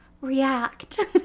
react